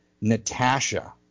Natasha